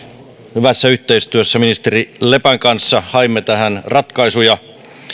hyvässä yhteistyössä ministeri lepän kanssa haimme tähän ratkaisuja